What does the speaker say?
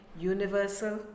universal